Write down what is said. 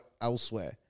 elsewhere